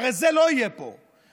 הרי זה לא יהיה פה וביבי,